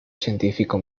científico